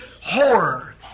horror